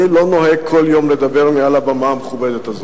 אני לא נוהג כל יום לדבר מעל הבמה המכובדת הזאת.